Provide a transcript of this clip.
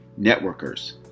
networkers